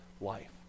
life